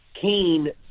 keen